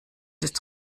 ist